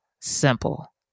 simple